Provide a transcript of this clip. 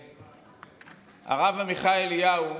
הרב עמיחי אליהו